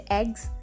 eggs